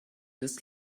des